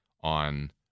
on